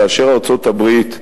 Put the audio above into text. כאשר ארצות-הברית,